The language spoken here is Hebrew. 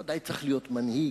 הוא ודאי צריך להיות מנהיג,